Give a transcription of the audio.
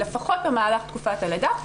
לפחות במהלך תקופת הלידה,